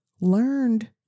learned